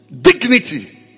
Dignity